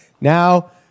now